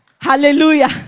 Hallelujah